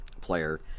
player